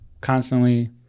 constantly